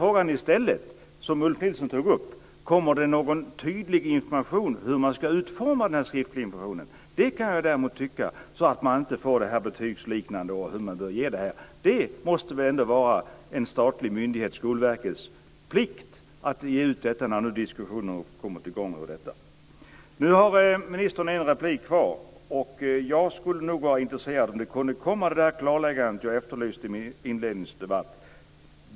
Frågan är i stället, som Ulf Nilsson tog upp: Kommer det någon tydlig information om hur man ska utforma den skriftliga informationen? Det kan jag däremot tycka är bra så att det inte blir betygsliknande när det gäller hur man ger det. Det måste väl ändå vara en statlig myndighets, Skolverkets, plikt att ge ut detta när nu diskussionen kommit i gång om detta. Nu har ministern en replik kvar. Jag skulle vara intresserad av att veta om det kommer ett sådant klarläggande som jag efterlyste i min inledning.